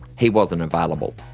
he wasn't available.